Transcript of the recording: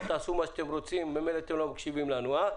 א', אנחנו מבקשים להוסיף את פרט (3א): (3א)